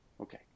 Okay